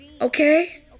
Okay